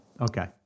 okay